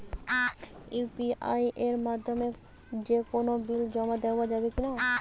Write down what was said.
UPI এর মাধ্যমে যে কোনো বিল জমা দেওয়া যাবে কি না?